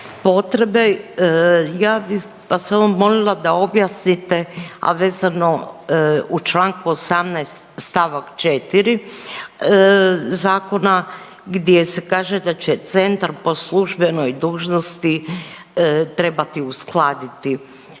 potrebe. Ja bi vas samo molila da objasnite, a vezano u Članku 18. stavak 4. zakona gdje se kaže da će centar po službenoj dužnosti trebati uskladiti,